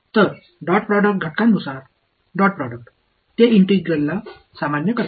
तर डॉटप्रोडक्ट घटकांनुसार डॉटप्रोडक्ट ते इंटिग्रलला सामान्य करते